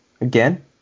again